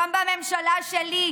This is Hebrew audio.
גם בממשלה שלי,